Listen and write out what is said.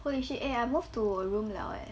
holy shit eh I move to a room liao eh